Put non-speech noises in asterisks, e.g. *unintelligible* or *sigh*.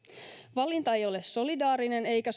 valinta ei ei ole solidaarinen eikä *unintelligible*